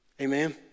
Amen